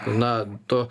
na to